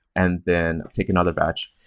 and then take another batch.